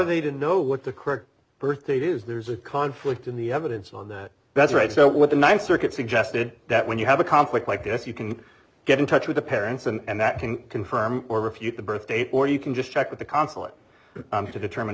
they didn't know what the correct birth date is there's a conflict in the evidence on that that's right so what the ninth circuit suggested that when you have a conflict like this you can get in touch with the parents and that can confirm or refute the birth date or you can just check with the consulate to determine